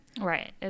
Right